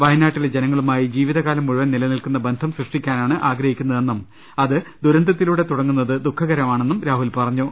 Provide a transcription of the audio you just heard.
വയനാ ട്ടിലെ ജനങ്ങളുമായി ജീവിതകാലം മുഴുവൻ നിലനിൽക്കുന്ന് ബന്ധം സൃഷ്ടി ക്കാനാണ് ആഗ്രഹിക്കുന്നതെന്നും അത് ദുരന്തത്തിലൂടെ തുടങ്ങുന്നത് ദുഖ കരമാണെന്നും രാഹുൽ പറഞ്ഞു